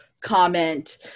comment